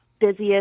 busiest